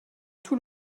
tout